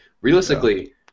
realistically